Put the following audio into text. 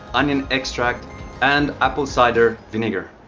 onion extract and apple cider vinegar